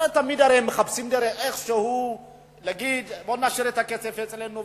תמיד הם הרי מחפשים דרך איכשהו להגיד: בואו נשאיר את הכסף אצלנו,